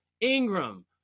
Ingram